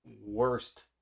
worst